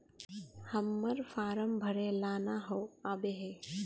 हम्मर फारम भरे ला न आबेहय?